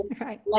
right